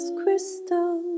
crystal